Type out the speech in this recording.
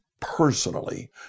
personally